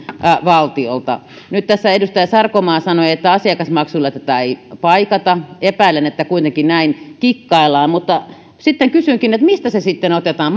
valtiolta nyt tässä edustaja sarkomaa sanoi että asiakasmaksuilla tätä ei paikata epäilen että kuitenkin näin kikkaillaan mutta sitten kysynkin mistä se sitten otetaan